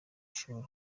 ishuri